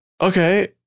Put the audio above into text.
okay